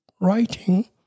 writing